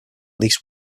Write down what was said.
least